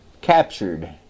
captured